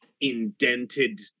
indented